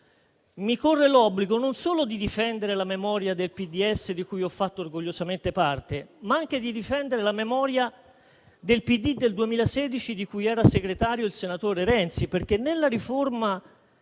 mi corre l'obbligo non solo di difendere la memoria del PDS, di cui ho fatto orgogliosamente parte, ma anche di difendere la memoria del PD del 2016, di cui era segretario il senatore Renzi, perché nella riforma